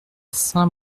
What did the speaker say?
saint